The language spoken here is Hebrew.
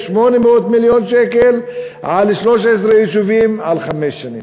800 מיליון שקל על 13 יישובים, על חמש שנים.